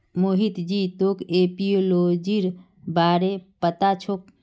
मोहित जी तोक एपियोलॉजीर बारे पता छोक